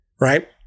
Right